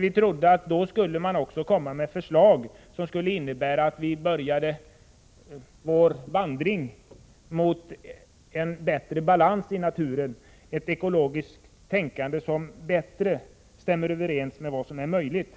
Vi trodde att man då också skulle komma med förslag som innebar att vandringen mot en bättre balans i naturen påbörjades — ett ekologiskt tänkande som bättre stämmer överens med vad som är möjligt.